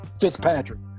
Fitzpatrick